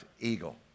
eagle